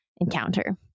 encounter